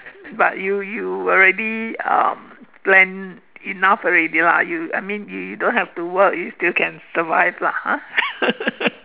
but you you already um plan enough already lah I mean you don't have to work you still can survive lah ha